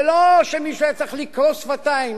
ולא שמישהו היה צריך לקרוא שפתיים.